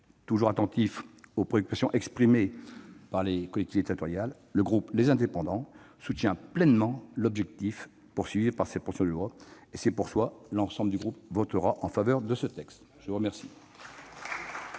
toujours attentif aux préoccupations exprimées par les collectivités territoriales, le groupe Les Indépendants soutient pleinement l'objectif visé par cette proposition de loi. C'est pourquoi l'ensemble de mon groupe votera en faveur de ce texte. Très bien